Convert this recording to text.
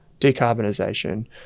decarbonisation